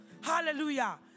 Hallelujah